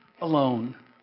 alone